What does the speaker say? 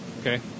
Okay